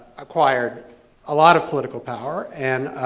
acquired a lot of political power and,